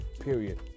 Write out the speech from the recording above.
period